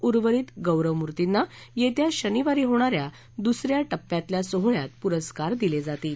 उर्वरित गौरवमूर्तींना येत्या शनिवारी होणाऱ्या द्सऱ्या टप्प्यातल्या सोहळ्यात पुरस्कार दिले जातील